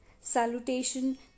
Salutation